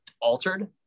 altered